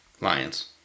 Lions